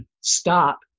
stop